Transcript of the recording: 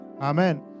Amen